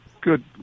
Good